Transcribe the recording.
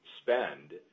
spend